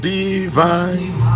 divine